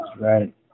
right